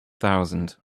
thousand